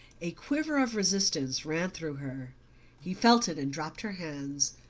a quiver of resistance ran through her he felt it and dropped her hands.